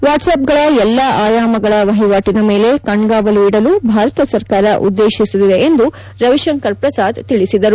ವಾಟ್ಆಪ್ಗಳ ಎಲ್ಲಾ ಆಯಾಮಗಳ ವಹಿವಾಟನ ಮೇಲೆ ಕಣ್ನಾವಲು ಇಡಲು ಭಾರತ ಸರ್ಕಾರ ಉದ್ದೇಶಿಸಿದೆ ಎಂದು ರವಿಶಂಕರ ಪ್ರಸಾದ್ ತಿಳಿಸಿದರು